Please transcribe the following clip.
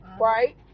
right